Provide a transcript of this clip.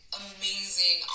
amazing